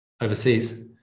overseas